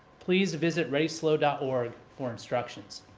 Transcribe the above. please visit readyslo dot org for instructions.